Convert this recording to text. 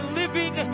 living